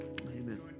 Amen